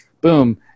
Boom